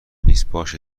نیست، باشه